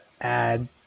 add